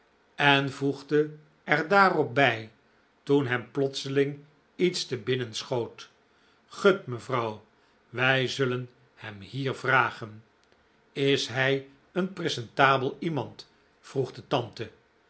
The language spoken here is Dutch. en voegde er daarop bij toen hem plotseling iets te binnen schoot gut mevrouw wij zullen hem hier vragen is hij een presentabel iemand vroeg de tante